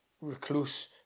recluse